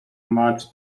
match